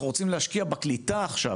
אנחנו רוצים להשקיע בקליטה עכשיו.